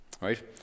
right